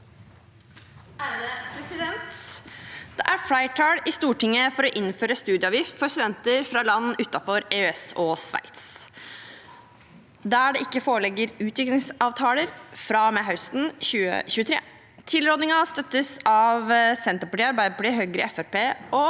(Sp) Det er flertall i Stortinget for å innføre studieavgift for studenter fra land utenfor EØS og Sveits der det ikke foreligger utvekslingsavtaler, fra og med høsten 2023. Tilrådingen støttes av Senterpartiet, Arbeiderpartiet, Høyre,